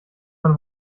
man